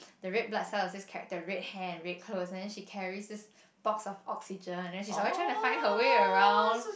the red blood cell is this character red hair and red clothes and then she carries this box of oxygen and then she's always trying to find her way around